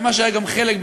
ומה שהיה גם חלק,